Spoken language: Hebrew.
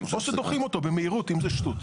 או שדוחים אותו במהירות אם זו שטות.